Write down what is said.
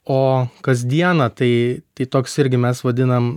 o kasdieną tai tai toks irgi mes vadinam